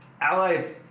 allies